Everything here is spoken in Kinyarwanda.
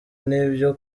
n’ibyo